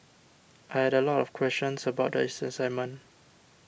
I had a lot of questions about the assignment